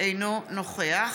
אינו נוכח